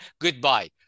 goodbye